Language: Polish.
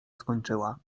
skończyła